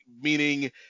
meaning